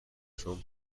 شام